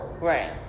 Right